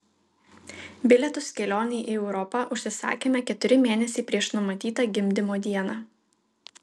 bilietus kelionei į europą užsisakėme keturi mėnesiai prieš numatytą gimdymo dieną